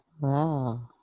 Wow